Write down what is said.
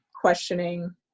questioning